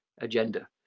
agenda